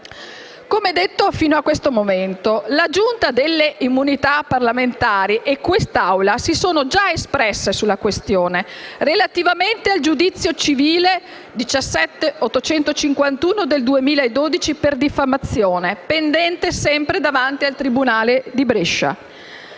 Come detto fino a questo momento, la Giunta delle elezioni e delle immunità parlamentari e quest'Assemblea si erano già espresse sulla questione relativamente al giudizio civile n. 17851 del 2012 per diffamazione, pendente sempre davanti al tribunale di Brescia.